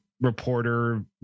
reporter